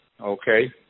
okay